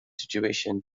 situation